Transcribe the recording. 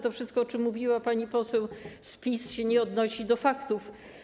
To wszystko, o czym mówiła pani poseł z PiS, nie odnosi się do faktów.